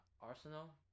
Arsenal